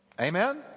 amen